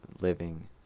living